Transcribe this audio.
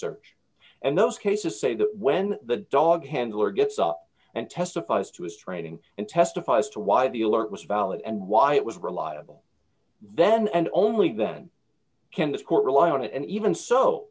search and those cases say that when the dog handler gets up and testifies to his training and testifies to why the alert was valid and why it was reliable then and only then can this court rely on it and even so